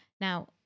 now